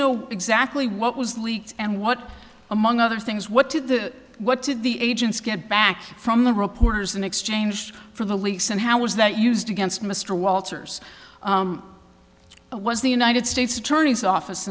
know exactly what was leaked and what among other things what did that what did the agents get back from the reporters in exchange for the leaks and how was that used against mr walters was the united states attorney's office